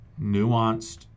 nuanced